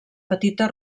petita